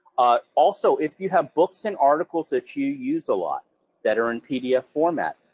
also, if you have books and articles that you use a lot that are in pdf format,